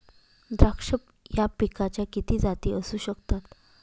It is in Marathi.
द्राक्ष या पिकाच्या किती जाती असू शकतात?